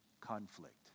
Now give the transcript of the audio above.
conflict